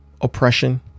oppression